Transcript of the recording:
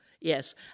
Yes